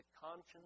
conscience